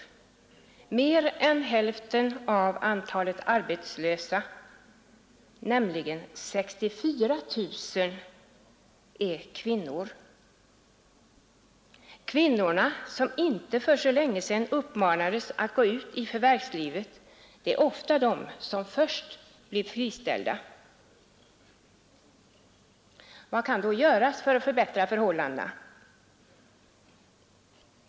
Mer än hälften av antalet arbetslösa, nämligen 64 000, är kvinnor. Kvinnorna, som inte för så länge sedan uppmanades att gå ut i förvärvslivet, blir ofta först friställda. Vad kan då göras för att förbättra förhållandena?